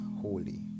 holy